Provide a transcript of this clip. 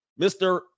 Mr